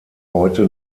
heute